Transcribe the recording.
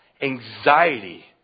anxiety